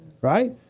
Right